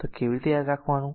તો આ કેવી રીતે યાદ રાખવું